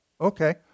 Okay